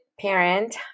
parent